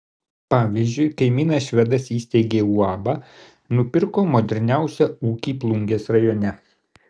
pavyzdžiui kaimynas švedas įsteigė uabą nupirko moderniausią ūkį plungės rajone